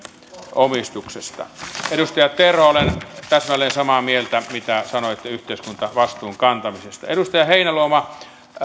omistuksesta edustaja terho olen täsmälleen samaa mieltä siitä mitä sanoitte yhteiskuntavastuun kantamisesta edustaja heinäluoma